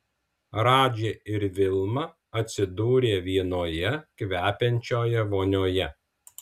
radži ir vilma atsidūrė vienoje kvepiančioje vonioje